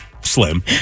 slim